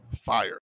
Fire